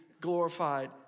glorified